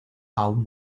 aún